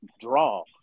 draw